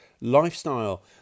lifestyle